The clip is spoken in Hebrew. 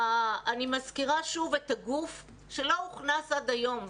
אני מזכירה שוב את הגוף שלא הוכנס עד היום.